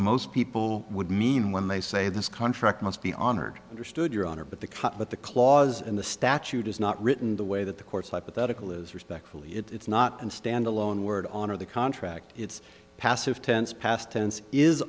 most people would mean when they say this contract must be honored understood your honor but the but the clause in the statute is not written the way that the courts hypothetical is respectfully it's not and standalone word on or the contract it's passive tense past tense is